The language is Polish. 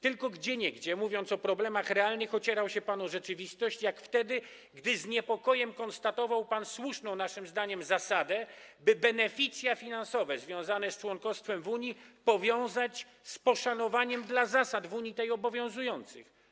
Tylko gdzieniegdzie, mówiąc o realnych problemach, ocierał się pan o rzeczywistość, jak wtedy, gdy z niepokojem konstatował pan słuszną, naszym zdaniem, zasadę, by beneficja finansowe związane z członkostwem w Unii powiązać z poszanowaniem zasad obowiązujących w Unii.